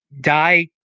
die